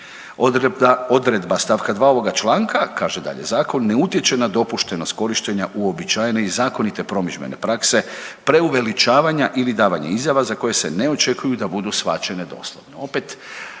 Odredba st. 2 ovog čl., kaže dalje zakon, ne utječe na dopuštenost korištenja uobičajene i zakonite promidžbene prakse preuveličavanja ili davanja izjava za koje se ne očekuju da budu shvaćene doslovno.